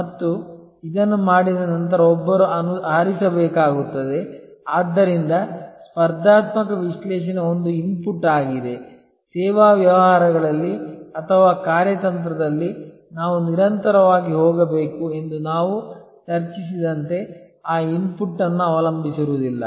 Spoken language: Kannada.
ಮತ್ತು ಇದನ್ನು ಮಾಡಿದ ನಂತರ ಒಬ್ಬರು ಆರಿಸಬೇಕಾಗುತ್ತದೆ ಆದ್ದರಿಂದ ಸ್ಪರ್ಧಾತ್ಮಕ ವಿಶ್ಲೇಷಣೆ ಒಂದು ಇನ್ಪುಟ್ ಆಗಿದೆ ಸೇವಾ ವ್ಯವಹಾರಗಳಲ್ಲಿ ಅಥವಾ ಕಾರ್ಯತಂತ್ರದಲ್ಲಿ ನಾವು ನಿರಂತರವಾಗಿ ಹೋಗಬೇಕು ಎಂದು ನಾವು ಚರ್ಚಿಸಿದಂತೆ ಆ ಇನ್ಪುಟ್ ಅನ್ನು ಅವಲಂಬಿಸಿರುವುದಿಲ್ಲ